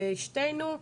שתינו,